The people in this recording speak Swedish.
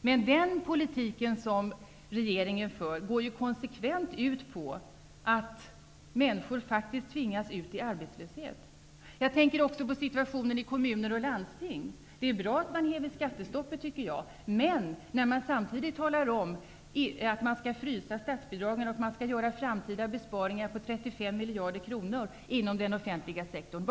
Men den politik som regeringen för går konsekvent ut på att människor tvingas ut i arbetslöshet. Jag tänker också på situationen i kommuner och landsting. Det är bra att man häver skattestoppet, tycker jag. Men vad kommer det att innebära för situationen i kommuner och landsting när man samtidigt talar om att man skall frysa statsbidragen och att man skall göra framtida besparingar på 35 miljarder kronor inom den offentliga sektorn?